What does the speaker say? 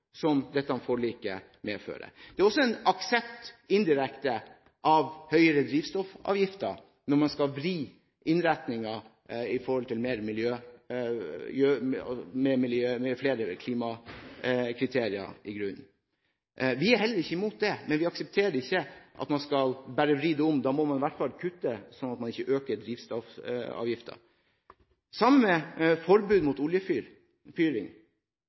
som dette forliket medfører. Det er også en indirekte aksept av høyere drivstoffavgifter når man skal vri innretningen og legge flere klimakriterier til grunn. Vi er heller ikke imot det, men vi aksepterer ikke at man bare skal vri det om. Da må man i hvert fall kutte, sånn at man ikke øker drivstoffavgiften. Det samme gjelder forbudet mot